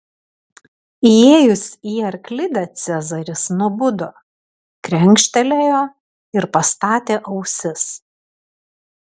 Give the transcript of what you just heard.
įėjus į arklidę cezaris nubudo krenkštelėjo ir pastatė ausis